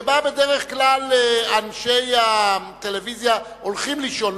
שבה בדרך כלל אנשי הטלוויזיה הולכים לישון,